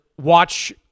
watch